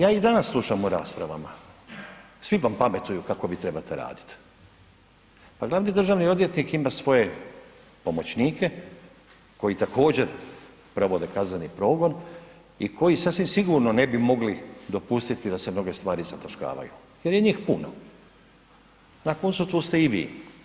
Ja i danas slušam u raspravama, svi vam pametuju kako trebate raditi, a glavni državni odvjetnik ima svoje pomoćnike koji također provode kazneni progon i koji sasvim sigurno ne bi mogli dopustiti da se mnoge stvari zataškavaju jer je njih puno, na koncu tu ste i vi.